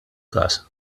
każ